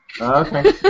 Okay